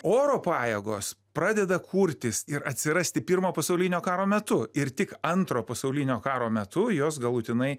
oro pajėgos pradeda kurtis ir atsirasti pirmo pasaulinio karo metu ir tik antro pasaulinio karo metu jos galutinai